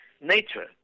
nature